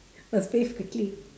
must bathe quickly